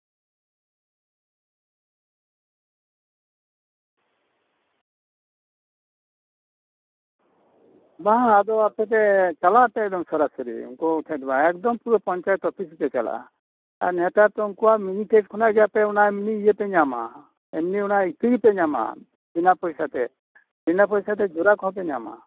ᱵᱟᱝᱼᱟ ᱟᱫᱚ ᱟᱯᱮ ᱫᱚ ᱪᱟᱞᱟᱜ ᱯᱮ ᱮᱠᱫᱚᱢ ᱥᱚᱨᱟᱥᱚᱨᱤ ᱩᱱᱠᱩ ᱴᱷᱮᱱ ᱫᱚ ᱵᱟᱝ ᱮᱠᱫᱚᱢ ᱯᱩᱨᱟᱹ ᱯᱚᱧᱪᱟᱭᱮᱛ ᱚᱯᱷᱤᱥ ᱜᱮ ᱪᱟᱞᱟᱜᱼᱟ ᱟᱨ ᱱᱮᱛᱟᱨ ᱫᱚ ᱟᱯᱮᱭᱟᱜ ᱚᱱᱟ ᱤᱭᱟᱹ ᱠᱷᱚᱱᱟᱜ ᱜᱮ ᱢᱤᱢᱤᱫ ᱤᱭᱟᱹ ᱯᱮ ᱧᱟᱢᱟ ᱮᱢᱱᱤ ᱚᱱᱟ ᱤᱛᱟᱹ ᱜᱮᱯᱮ ᱧᱟᱢᱟ ᱵᱤᱱᱟᱹ ᱯᱚᱭᱥᱟ ᱛᱮ ᱵᱤᱱᱟᱹ ᱯᱚᱭᱥᱟ ᱛᱮ ᱡᱚᱨᱟ ᱠᱚᱦᱚᱸᱯᱮ ᱧᱟᱢᱟ